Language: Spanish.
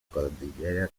cordillera